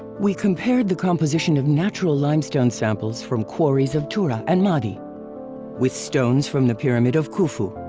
we compared the composition of natural limestone samples from quarries of tura and maadi with stones from the pyramid of khufu,